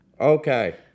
Okay